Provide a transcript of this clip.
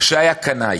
שהיה קנאי.